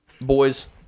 boys